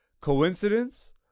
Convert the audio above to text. coincidence